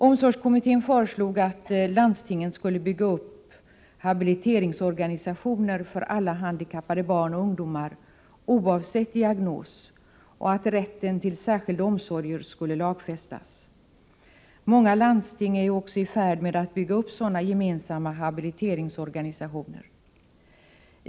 Omsorgskommittén föreslog att landstingen skulle bygga upp habiliteringsorganisationer för alla handikappade barn och ungdomar oavsett diagnos och att rätten till särskilda omsorger skulle lagfästas. Många landsting är också i färd med att bygga upp sådana gemensamma habiliteringsorganisationer.